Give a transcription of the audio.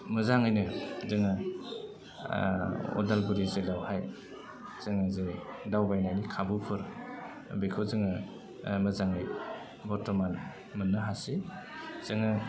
मोजाङैनो जोङो उदालगुरि जिल्लायावहाय जोङो जे दावबायनायनि खाबुफोर बेखौ जोङो मोजाङै बरथ'मान मोननो हासै जोङो